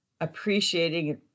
appreciating